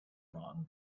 wrong